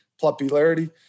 popularity